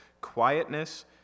quietness